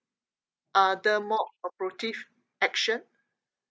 uh the more action